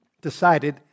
decided